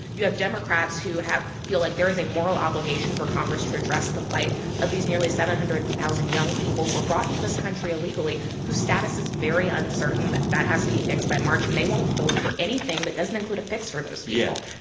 you have democrats who have feel like there is a moral obligation for congress to address the plight of these nearly seven hundred thousand young people who were brought into this country illegally whose status is very uncertain. that that has to be fixed by march. and they won't vote for anything that doesn't include a fix for those people yeah.